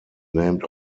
named